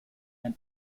and